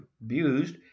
abused